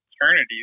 eternity